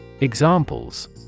Examples